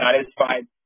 satisfied